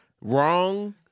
wrong